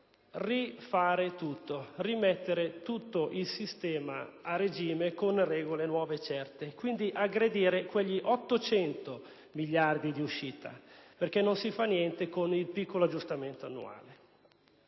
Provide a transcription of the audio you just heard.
rifare tutto e rimettere tutto il sistema a regime con regole nuove e certe, quindi aggredire quegli 800 miliardi di uscita, perché non si fa niente con il piccolo aggiustamento annuale.